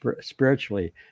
spiritually